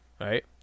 Right